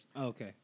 okay